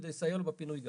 כדי לסייע לו בפינוי גם.